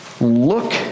Look